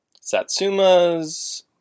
satsumas